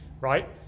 right